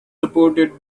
supported